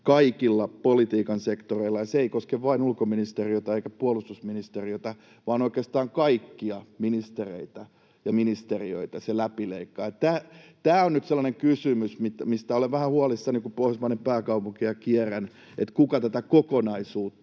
kaikilla politiikan sektoreilla. Ja tämä ei koske vain ulkoministeriötä eikä puolustusministeriötä, vaan oikeastaan kaikkia ministereitä ja ministeriöitä, se läpileikkaa. Tämä on nyt sellainen kysymys, mistä olen vähän huolissani, kun Pohjoismaiden pääkaupunkeja kierrän, kuka tätä kokonaisuutta